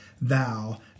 thou